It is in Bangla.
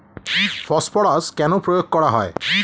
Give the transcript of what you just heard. ফসফরাস কেন প্রয়োগ করা হয়?